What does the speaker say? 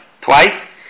twice